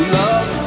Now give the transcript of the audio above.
love